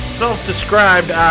self-described